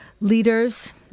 leaders